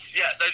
yes